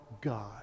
God